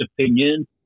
opinion